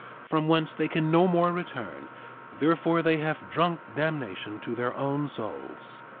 from whence they can no more return therefore they have drunk damnation to their own souls.